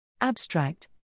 Abstract